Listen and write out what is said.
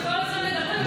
שכל הזמן מדברים,